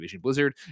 Blizzard